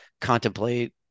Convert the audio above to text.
contemplate